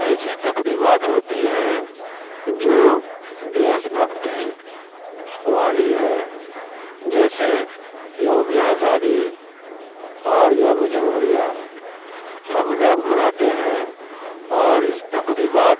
ایسی تقریبات ہوتی ہیں جو دیش بھکتی والی ہیں جیسے یوم آزادی اور یوم جمہوریہ ہم لوگ مناتے ہیں اور اس تقریبات